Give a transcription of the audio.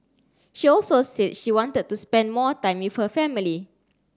she also said she wanted to spend more time with her family